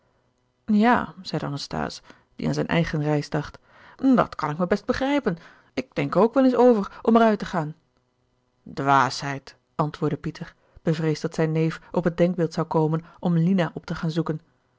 zeide anasthase die aan zijn eigen reis dacht dat kan ik me best begrijpen ik denk er ook wel eens over om er uit te gaan dwaasheid antwoordde pieter bevreesd dat zijn neef op het denkbeeld zou komen om lina op te gaan zoeken